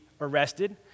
arrested